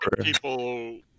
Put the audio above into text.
people